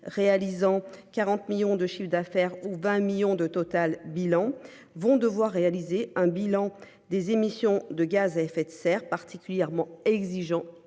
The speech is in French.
réalisant 40 millions de chiffre d'affaires ou 20 millions de total bilan vont devoir réaliser un bilan des émissions de gaz à effet de serre particulièrement exigeant